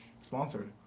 Sponsored